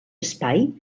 espai